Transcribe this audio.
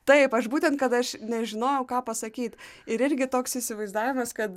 taip aš būtent kad aš nežinojau ką pasakyt ir irgi toks įsivaizdavimas kad